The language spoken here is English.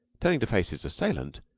turning to face his assailant,